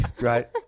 Right